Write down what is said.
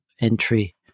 entry